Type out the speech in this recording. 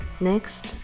Next